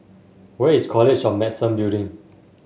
where is College of Medicine Building